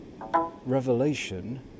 revelation